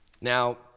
Now